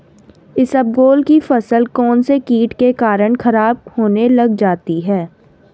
इसबगोल की फसल कौनसे कीट के कारण खराब होने लग जाती है?